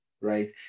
right